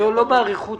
לא באריכות